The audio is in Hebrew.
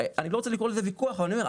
אני לא רוצה לקרוא לזה ויכוח אבל אני אומר,